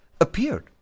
Appeared